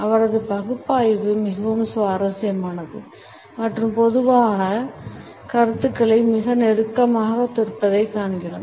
அவரது பகுப்பாய்வு மிகவும் சுவாரஸ்யமானது மற்றும் பொதுவான கருத்துக்களுக்கு மிக நெருக்கமாக இருப்பதைக் காண்கிறோம்